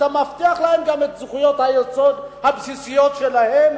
אתה גם מבטיח להם את זכויות היסוד הבסיסיות שלהם,